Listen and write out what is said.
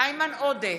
איימן עודה,